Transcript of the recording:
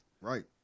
right